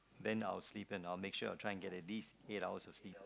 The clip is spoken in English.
then I will sleep and I will make sure I will try and get at least eight hours of sleep